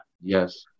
yes